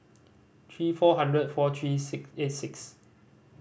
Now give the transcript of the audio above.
three four hundred four three eight six